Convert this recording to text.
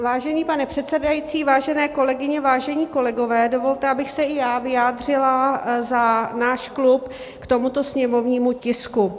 Vážený pane předsedající, vážené kolegyně, vážení kolegové, dovolte, abych se i já vyjádřila za náš klub k tomuto sněmovnímu tisku.